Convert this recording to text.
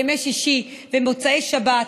ימי שישי ומוצאי שבת,